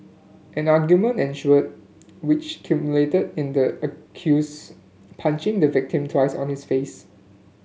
an argument ensued which culminated in the accuse punching the victim twice on his face